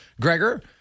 Gregor